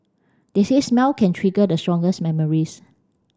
they say smell can trigger the strongest memories